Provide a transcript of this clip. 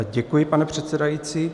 Děkuji, pane předsedající.